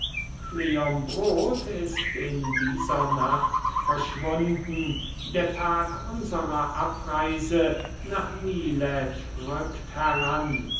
kleombrot ist in dieser nacht verschwunden der tag unserer abreise nach milet rückt heran